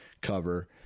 cover